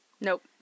Nope